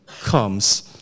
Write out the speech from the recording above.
comes